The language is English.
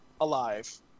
alive